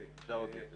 אפשר להודיע.